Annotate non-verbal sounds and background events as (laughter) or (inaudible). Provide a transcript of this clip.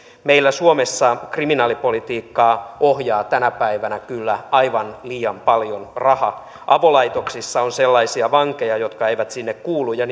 meillä suomessa kriminaalipolitiikkaa ohjaa tänä päivänä kyllä aivan liian paljon raha avolaitoksissa on sellaisia vankeja jotka eivät sinne kuulu ja (unintelligible)